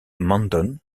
mandon